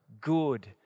good